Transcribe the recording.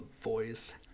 voice